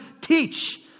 teach